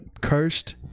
Cursed